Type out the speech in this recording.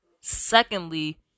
Secondly